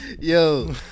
Yo